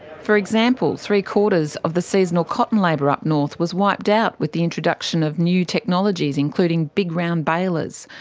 for example, three-quarters of the seasonal cotton labour up north was wiped out with the introduction of new technologies, including big round balers.